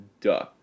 duh